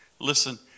Listen